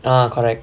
ah correct